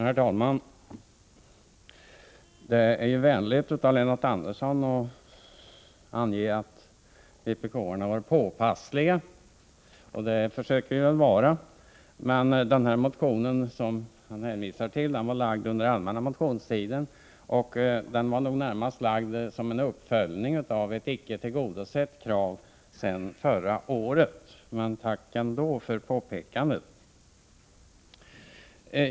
Herr talman! Det är vänligt av Lennart Andersson att ange att vpk-arna har varit påpassliga. Det försökter vi nog vara. Men den motion som Lennart Andersson hänvisar till väcktes under den allmänna motionstiden, och den var nog närmast avsedd som en uppföljning av ett icke tillgodosett krav från förra året. Tack ändå för påpekandet!